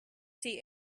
see